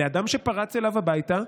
מול אדם שפרץ אליו הביתה.